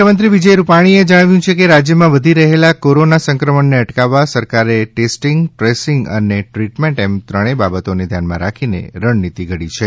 મુખ્યમંત્રી વિજય રૂપાણીએ જણાવ્યું છે કે રાજયમાં વધી રહેલા કોરોના સંક્રમણને અટકાવવા સરકારે ટેસ્ટિંગ ટ્રેસિંગ અને ટ્રિટમેન્ટ એમ ત્રણેથ બાબતોને ધ્યાનમાં રાખી રણનીતિ ઘડી છે